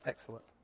Excellent